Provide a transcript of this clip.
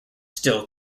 still